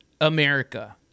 America